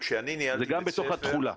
זה גם בתוך התחולה.